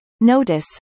notice